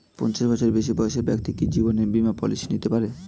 পঞ্চাশ বছরের বেশি বয়সের ব্যক্তি কি জীবন বীমা পলিসি নিতে পারে?